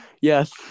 Yes